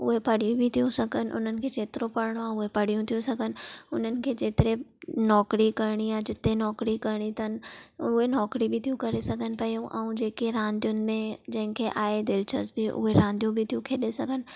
उहे पढ़ी बि थियूं सघनि उन्हनि खे जेतिरो पढ़णो आ उहे पढ़ी थियूं सघनि हुननि खे जेतिरे नौकरी करणी आ जिते नौकरी करणी अथनि उहे नौकरी बि थियूं करे सघनि पियूं ऐं जेके रांदियुनि में जंहिंखे आहे दिलचस्पी उहे रांदियूं बि थियूं खेॾे सघनि